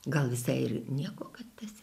gal visai ir nieko kad tas